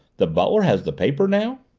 the butler has the paper now?